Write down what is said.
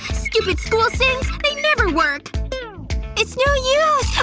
stupid school sinks! they never work it's no use.